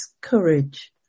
courage